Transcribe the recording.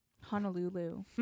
Honolulu